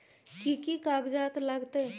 कि कि कागजात लागतै?